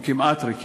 או כמעט ריקים,